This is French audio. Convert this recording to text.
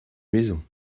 maison